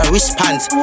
Response